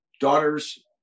daughters